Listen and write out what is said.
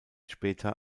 später